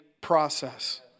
process